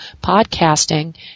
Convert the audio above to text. podcasting